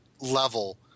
level